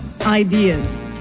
ideas